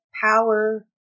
power